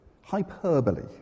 hyperbole